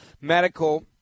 medical